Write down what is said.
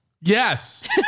Yes